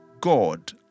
God